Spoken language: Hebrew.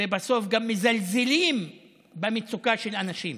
ובסוף גם מזלזלים במצוקה של אנשים.